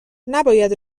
نباید